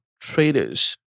traders